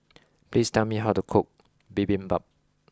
please tell me how to cook Bibimbap